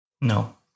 No